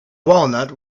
walnut